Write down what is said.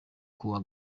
kuwa